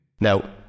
Now